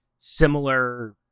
Similar